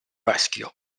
rescue